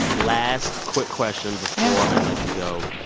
last quick question before i let you go.